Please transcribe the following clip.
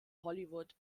hollywood